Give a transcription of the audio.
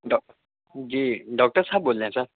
ڈاک جی ڈاکٹر صاحب بول رہے ہیں سر